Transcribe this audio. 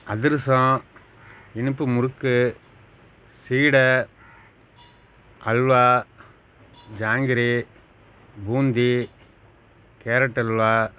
அதிரசம் இனிப்பு முறுக்கு சீடை அல்வா ஜாங்கிரி பூந்தி கேரட் அல்வா